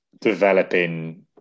developing